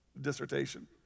dissertation